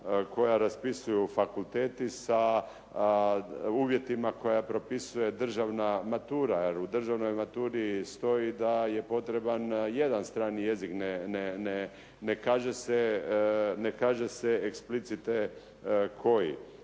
koje raspisuju fakulteti sa uvjetima koje propisuje državna matura jer u državnoj maturi stoji da je potreban jedan strani jezik, ne kaže se eksplicite koji.